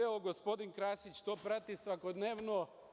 Evo, gospodin Krasić to prati svakodnevno.